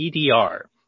EDR